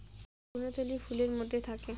ভ্রূণথলি ফুলের মধ্যে থাকে